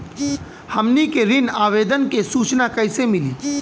हमनी के ऋण आवेदन के सूचना कैसे मिली?